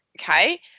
Okay